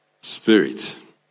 spirit